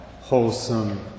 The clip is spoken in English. wholesome